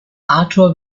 arthur